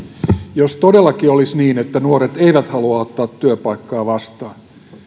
jos todellakin olisi niin että nuoret eivät haluaisi ottaa työpaikkaa vastaan